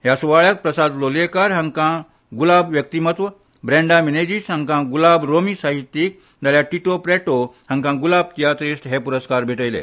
ह्या सुवाळ्यांत प्रसाद हांकां गुलाब व्यक्तीमत्व ब्रँडा मिनेझीस हाका गुलाब रोमी साहित्यीक जाल्यार टिटो प्रॅटो हांकां गुलाब तियात्रीश्ट हे पुरस्कार भेटयले